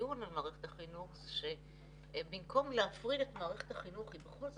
בדיון על מערכת החינוך זה שבמקום להפריד את מערכת החינוך - בכל זאת,